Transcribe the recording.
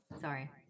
Sorry